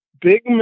Big